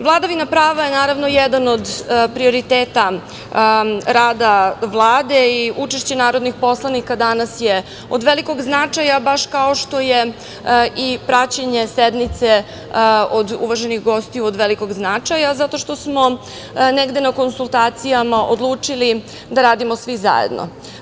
Vladavina prava je jedan od prioriteta rada Vlade i učešće narodnih poslanika danas je od velikog značaja, baš kao što je i praćenje sednice od uvaženih gostiju od velikog značaja, zato što smo negde na konsultacijama odlučili da radimo svi zajedno.